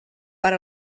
per